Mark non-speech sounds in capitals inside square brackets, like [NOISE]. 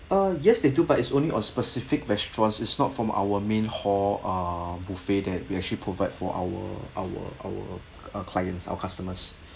uh yes they do but it's only on specific restaurants is not from our main hall ah buffet that we actually provide for our our our clients our customers [BREATH]